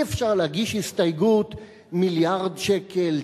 שאי-אפשר להגיש הסתייגות מיליארד שקל,